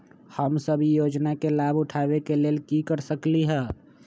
हम सब ई योजना के लाभ उठावे के लेल की कर सकलि ह?